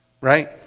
right